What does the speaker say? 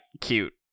cute